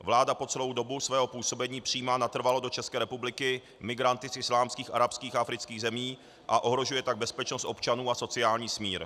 Vláda po celou dobu svého působení přijímá natrvalo do České republiky migranty z islámských, arabských a afrických zemí, a ohrožuje tak bezpečnost občanů a sociální smír.